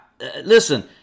listen